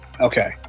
Okay